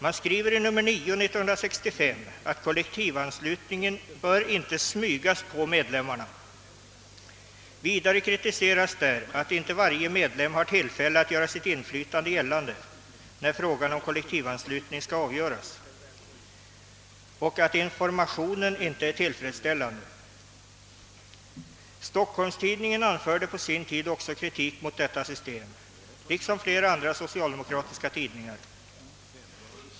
Man skriver i nr 9 1965, att kollektivanslutningen inte bör smygas på medlemmarna. Vidare kritiseras där förhållandet att inte varje medlem har tillfälle att göra sitt inflytande gällande, när frågan om kollektivanslutning skall avgöras, och att informationen inte är tillfredsställande. Stockholms-Tidningen anförde på sin tid också kritik mot detta system liksom flera andra socialdemokratiska tidningar.